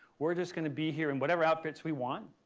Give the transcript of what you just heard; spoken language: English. we're just going to be here in whatever outfits we want.